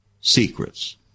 secrets